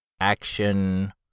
action